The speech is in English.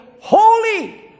holy